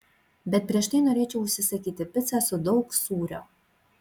bet prieš tai norėčiau užsisakyti picą su daug sūrio